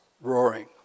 roaring